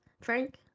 Frank